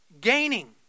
gaining